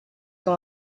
com